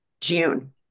June